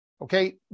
Okay